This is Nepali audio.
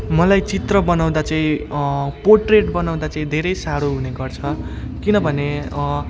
मलाई चित्र बनाउँदा चाहिँ प्रोट्रेट बनाउँदा चाहिँ धेरै साह्रो हुने गर्छ किनभने